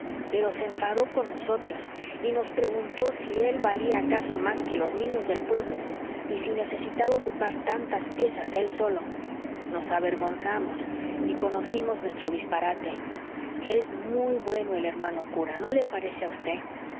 pero se enfadó con nosotros y nos preguntó si él valía acaso más que los niños del pueblo y si necesitaba ocupar tantas piezas él solo nos avergonzamos y conocimos nuestro disparate es muy bueno el hermano cura no le parece a